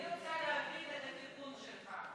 אני רוצה להבין את התיקון שלך.